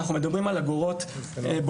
אנחנו מדברים על אגורות בודדות.